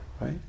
right